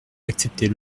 acceptez